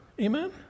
Amen